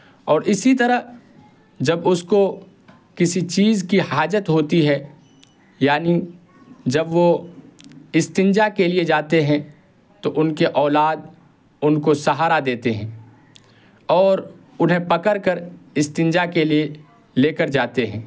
اور اسی طرح جب اس کو کسی چیز کی حاجت ہوتی ہے یعنی جب وہ استنجا کے لیے جاتے ہیں تو ان کے اولاد ان کو سہارا دیتے ہیں اور انہیں پکڑ کر استنجا کے لیے لے کر جاتے ہیں